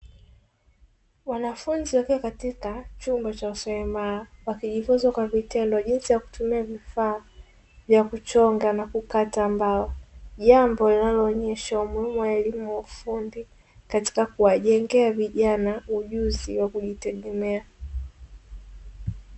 Wanafunzi wakiwa katika chumba cha uselemala wakijifunza kwa vitendo jinsi ya kutumia vifaa vya kuchonga na kukata mbao. Jambo linalo onyesha umuhimu wa elimu ya ufundi katika kuwajengea vijana ujuzi wa kujitegemea.